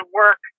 work